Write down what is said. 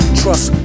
trust